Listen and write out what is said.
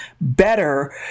better